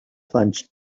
plunge